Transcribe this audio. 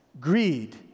Greed